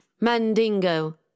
Mandingo